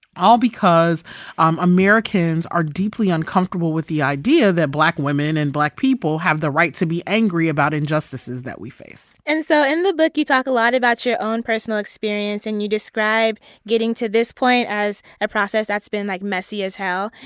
all because um americans are deeply uncomfortable with the idea that black women and black people have the right to be angry about injustices that we face and so in the book, you talk a lot about your own personal experience. and you describe getting to this point as a process that's been, like, messy as hell.